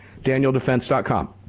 DanielDefense.com